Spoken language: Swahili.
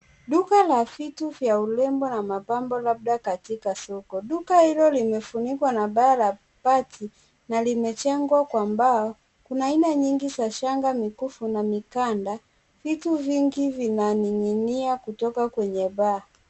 Duka la fitu vya ulembo na mapambo labda katika soko, duka hilo limefunikwa na baa la pati, na limechengwa kwa mbao, kuna aina nyingi za shanga, mikufu na mikanda, fitu vingi vinaninginia kutoka kwenye baa.